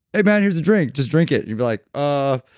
hey man, here's a drink, just drink it. you'd be like, oh.